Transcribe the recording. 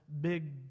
big